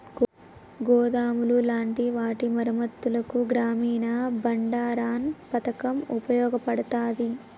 గోదాములు లాంటి వాటి మరమ్మత్తులకు గ్రామీన బండారన్ పతకం ఉపయోగపడతాది